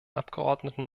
abgeordneten